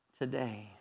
today